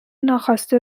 ناخواسته